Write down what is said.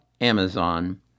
Amazon